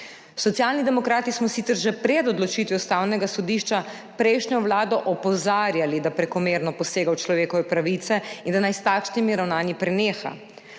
Socialni demokrati smo sicer že pred odločitvijo Ustavnega sodišča prejšnjo vlado opozarjali, da prekomerno posega v človekove pravice in da naj s takšnimi ravnanji preneha.